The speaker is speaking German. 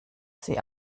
sie